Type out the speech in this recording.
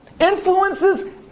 influences